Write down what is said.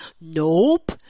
nope